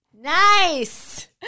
Nice